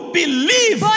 believe